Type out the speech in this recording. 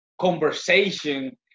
conversation